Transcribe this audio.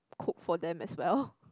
cooked for them as well